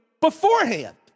beforehand